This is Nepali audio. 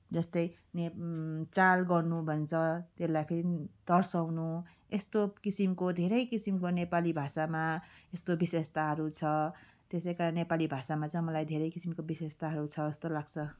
जस्तै नेप् चाल गर्नु भन्छ त्यसलाई फेरि तर्साउनु यस्तो किसिमको धेरै किसिमको नेपाली भाषामा यस्तो विशेषताहरू छ त्यसै कारण नेपाली भाषामा चाहिँ मलाई धेरै किसिमको विशेषताहरू छ जस्तो लाग्छ